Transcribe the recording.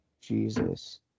Jesus